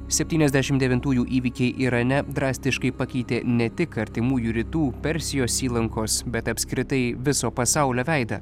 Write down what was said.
septyniasdešimt devintųjų įvykiai irane drastiškai pakeitė ne tik artimųjų rytų persijos įlankos bet apskritai viso pasaulio veidą